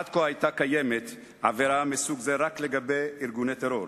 עד כה היתה קיימת עבירה מסוג זה רק לגבי ארגוני טרור,